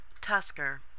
Tusker